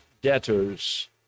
debtors